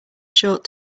short